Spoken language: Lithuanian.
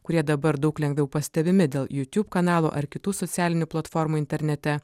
kurie dabar daug lengviau pastebimi dėl youtube kanalų ar kitų socialinių platformų internete